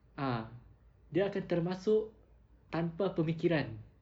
ah dia akan termasuk tanpa pemikiran